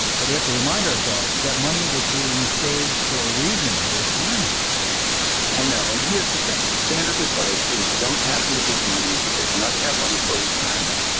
but we have to remind ourselves, that money was being saved for a reason your retirement i know. and here's the thing, the standard advice is you don't tap into this money because you're not going to have money for retirement.